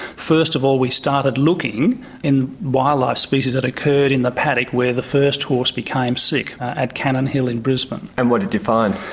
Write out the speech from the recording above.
first of all we started looking in wildlife species that occurred in the paddock where the first horse became sick at cannon hill in brisbane. and what did you find?